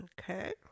Okay